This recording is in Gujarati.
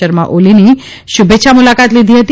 શર્મા ઓલીની શુભેચ્છા મુલાકાત લીધી હતી